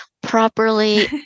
properly